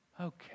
okay